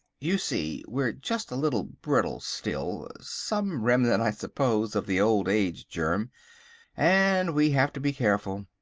you see, we're just a little brittle still some remnant, i suppose, of the old age germ and we have to be careful.